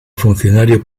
funcionario